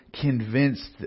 convinced